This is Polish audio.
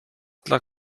dla